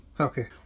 Okay